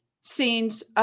scenes